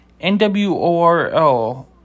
NWORL